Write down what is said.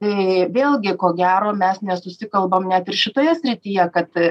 tai vėlgi ko gero mes nesusikalbam net ir šitoje srityje kad